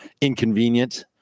inconvenient